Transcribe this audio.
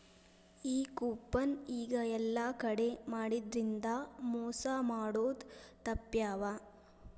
ಈ ಕೂಪನ್ ಈಗ ಯೆಲ್ಲಾ ಕಡೆ ಮಾಡಿದ್ರಿಂದಾ ಮೊಸಾ ಮಾಡೊದ್ ತಾಪ್ಪ್ಯಾವ